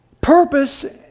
purpose